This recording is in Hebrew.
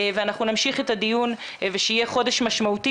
אנחנו נמשיך את הדיון ושיהיה חודש משמעותי